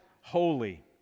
holy